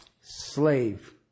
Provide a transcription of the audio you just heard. Slave